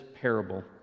parable